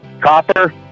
Copper